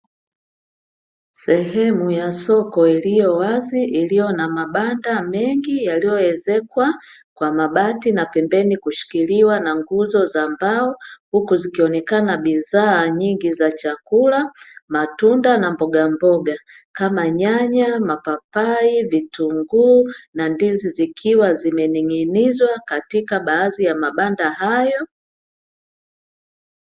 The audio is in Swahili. Sehemu ya soko iliyo wazi iliyo na mabanda mengi yaliyoezekwa kwa mabati na pembeni kushikiliwa na nguzo za mbao, huku zikionekana bidhaa nyingi za chakula, matunda na mbogamboga kama: nyanya, mapapai, vitunguu na ndizi zikiwa zimening'inizwa katika baadhi ya mabanda hayo.